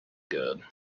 good